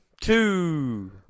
Two